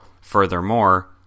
Furthermore